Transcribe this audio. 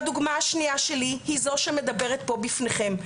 והדוגמה השנייה שלי היא זו שמדברת פה בפניכם,